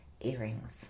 earrings